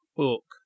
book